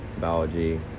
Biology